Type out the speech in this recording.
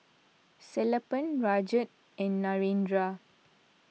Sellapan Rajat and Narendra